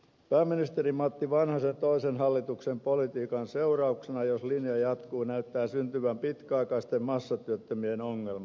pääministeri matti vanhasen toisen hallituksen politiikan seurauksena jos linja jatkuu näyttää syntyvän pitkäaikaisten massatyöttömien ongelma